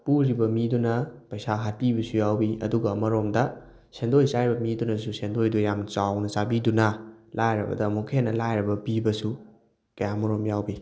ꯄꯨꯔꯤꯕ ꯃꯤꯗꯨꯅ ꯄꯩꯁꯥ ꯍꯥꯠꯄꯤꯕꯁꯨ ꯌꯥꯎꯋꯤ ꯑꯗꯨꯒ ꯑꯃꯔꯣꯝꯗ ꯁꯦꯟꯗꯣꯏ ꯆꯥꯔꯤꯕ ꯃꯤꯗꯨꯅꯁꯨ ꯁꯦꯟꯗꯣꯏꯗꯨ ꯌꯥꯝ ꯆꯥꯎꯅ ꯆꯥꯕꯤꯗꯨꯅ ꯂꯥꯏꯔꯕꯗ ꯑꯃꯨꯛꯀ ꯍꯦꯟꯅ ꯂꯥꯏꯔꯕ ꯄꯤꯕꯁꯨ ꯀꯌꯥ ꯃꯔꯨꯝ ꯌꯥꯎꯋꯤ